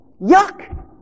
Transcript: Yuck